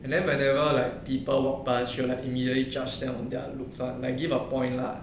and then whenever like people walk past she like immediately judge them on their looks lah like give a point lah